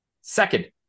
Second